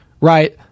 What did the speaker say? Right